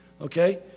okay